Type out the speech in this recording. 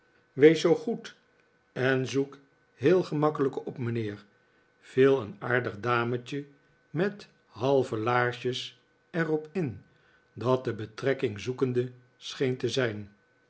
wees zoo gbed en zoek heel gemakkelijke op mijnheer viel een aardig dametje met halve laarsjes er op in dat de betrekkingzoekende scheen te zijn